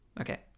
Okay